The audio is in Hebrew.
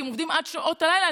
כי הם עובדים עד שעות הלילה,